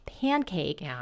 pancake